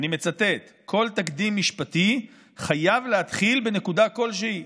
ואני מצטט: "כל תקדים משפטי חייב להתחיל בנקודה כלשהי".